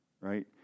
right